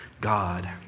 God